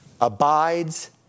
abides